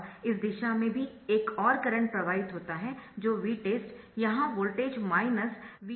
और इस दिशा में भी एक और करंट प्रवाहित होता है जो Vtest यहाँ वोल्टेज Vx 1KΩ है